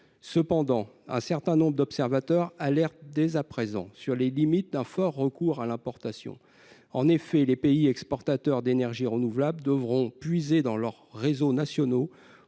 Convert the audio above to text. Toutefois, un certain nombre d'observateurs alertent dès à présent quant aux limites d'un fort recours à l'importation. En effet, les pays exportateurs d'énergies renouvelables devront puiser dans leurs réseaux nationaux